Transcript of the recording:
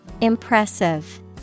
Impressive